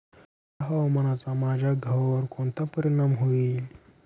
थंड हवामानाचा माझ्या गव्हावर कोणता परिणाम होईल?